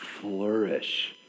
flourish